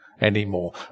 anymore